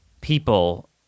people